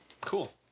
Cool